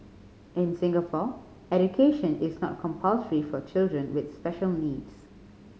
in Singapore education is not compulsory for children with special needs